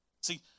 See